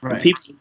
people